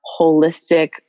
holistic